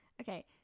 Okay